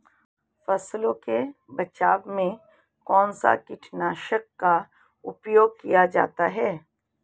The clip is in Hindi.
फसलों के बचाव में कौनसा कीटनाशक का उपयोग किया जाता है?